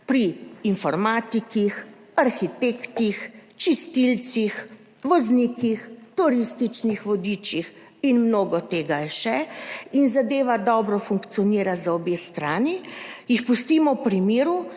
pri informatikih, arhitektih, čistilcih, voznikih, turističnih vodičih in mnogo tega je še in zadeva dobro funkcionira za obe strani, jih pustimo pri miru,